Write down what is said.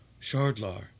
Shardlar